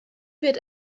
wird